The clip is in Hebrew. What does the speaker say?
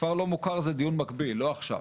כפר לא מוכר זה דיון מקביל, לא עכשיו,